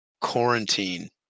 quarantine